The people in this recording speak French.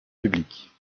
publiques